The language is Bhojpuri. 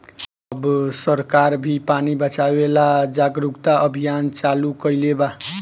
अब सरकार भी पानी बचावे ला जागरूकता अभियान चालू कईले बा